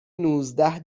نوزده